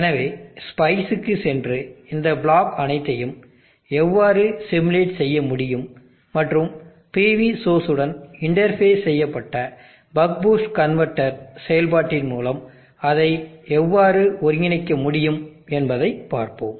எனவே ஸ்பைஸ்சுக்கு சென்று இந்த பிளாக் அனைத்தையும் எவ்வாறு சிமிலேட் செய்ய முடியும் மற்றும் PV சோர்ஸ் உடன் இன்டர்பேஸ் செய்யப்பட்ட பக் பூஸ்ட் கன்வெர்ட்டர் செயல்பாட்டின் மூலம் அதை எவ்வாறு ஒருங்கிணைக்க முடியும் என்பதைப் பார்ப்போம்